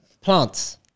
Plants